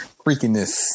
freakiness